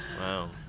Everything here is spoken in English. wow